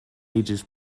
ages